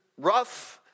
rough